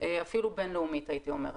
אפילו בין-לאומית הייתי אומרת.